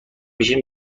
میشه